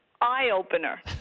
eye-opener